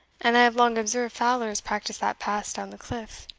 and i have long observed fowlers practise that pass down the cliff.